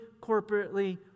corporately